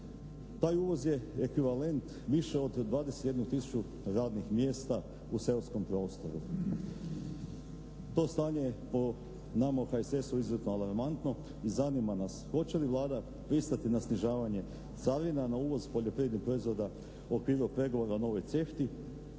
Taj uvoz je ekvivalent više od 21 tisuću radnih mjesta u seoskom prostoru. To stanje nama u HSS-u je izuzetno alarmantno i zanima nas hoće li Vlada pristati na snižavanje carina na uvoz poljoprivrednih proizvoda u okviru pregovora u novoj